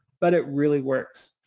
but it really works.